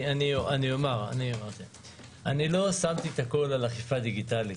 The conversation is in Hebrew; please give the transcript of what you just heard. לא שמתי הכול על אכיפה דיגיטלית.